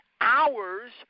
hours